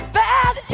bad